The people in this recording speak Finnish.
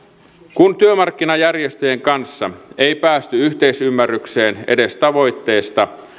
kun työmarkkinajärjestöjen kanssa ei päästy yhteisymmärrykseen edes tavoitteesta